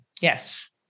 Yes